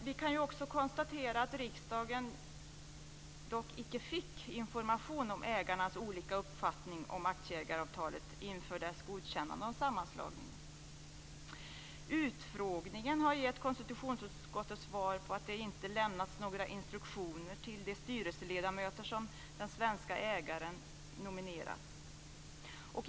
Vi kan också konstatera att riksdagen dock icke fick information om ägarnas olika uppfattning om aktieägaravtalet inför dess godkännande av sammanslagningen. Utfrågningen har gett konstitutionsutskottet svar på att det inte lämnats några instruktioner till de styrelseledamöter som den svenska ägaren nominerat.